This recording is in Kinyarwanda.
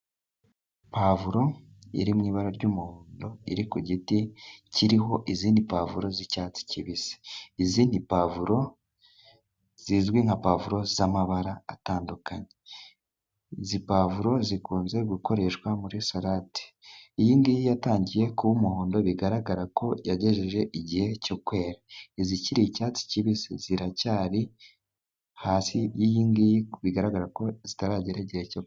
Puwavuro iri mu ibara ry'umuhondo, iri ku giti kiriho izindi puwavuro z'icyatsi kibisi, izindi puwavuro zizwi nka puwavuro z'amabara atandukanye, izi puwavuro zikunze gukoreshwa muri salade. Iyi ngiyi yatangiye kuba umuhondo bigaragara ko yagejeje igihe cyo kwera, izikiri icyatsi kibisi ziracyari hasi y'iyi ngiyi bigaragara ko zitaragera igihe cyo.....